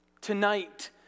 Tonight